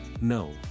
no